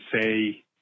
say